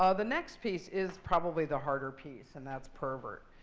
ah the next piece is probably the harder piece. and that's pervert.